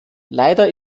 leider